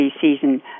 season